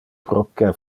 proque